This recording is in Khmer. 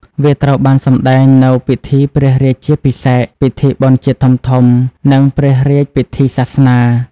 វាត្រូវបានសម្តែងនៅពិធីព្រះរាជាភិសេក ពិធីបុណ្យជាតិធំៗ និងព្រះរាជពិធីសាសនា។